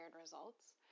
results